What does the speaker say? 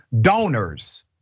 donors